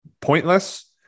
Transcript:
pointless